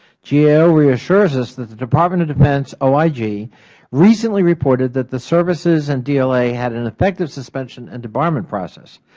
gao reassures us that the department of defense oig recently reported that the services and dla had an effective suspension and debarment process,